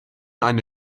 eine